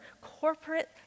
corporate